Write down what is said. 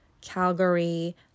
Calgary